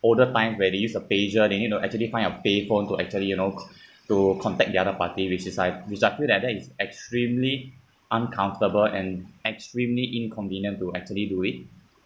older time where they use a pager then you know actually find a payphone to actually you know co~ to contact the other party which is I which I feel like that is extremely uncomfortable and extremely inconvenient to actually do it